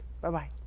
Bye-bye